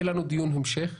יהיה לנו דיון המשך.